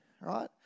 right